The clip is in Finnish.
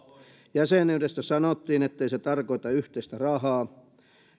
jäsenyydestä sanottiin ettei se tarkoita yhteistä rahaa